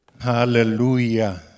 Hallelujah